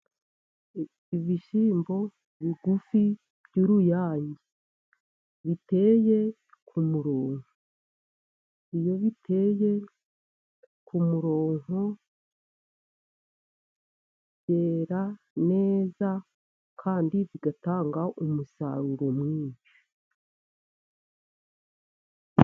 Ibishyimbo bigufi by'uruyange biteye ku murongo. Iyo biteye ku murongo byera neza kandi bigatanga umusaruro mwinshi.